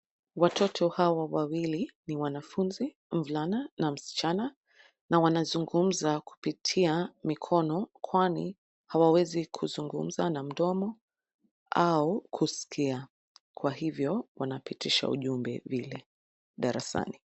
Watoto hawa wawili ni wanafunzi, mvulana na msichana, na wanazungumza kupitia mikono, kwani hawawezi kuzungumza na mdomo au kusikia, kwa hivyo, wanapitisha ujumbe vile, darasani.